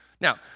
Now